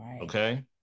Okay